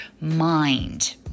mind